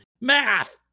Math